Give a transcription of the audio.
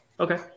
Okay